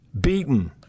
beaten